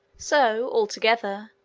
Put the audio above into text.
so, altogether,